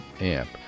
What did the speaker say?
amp